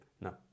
No